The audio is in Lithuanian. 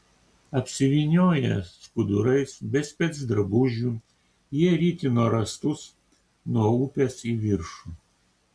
apsivynioję skudurais be specdrabužių jie ritino rąstus nuo upės į viršų